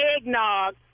eggnog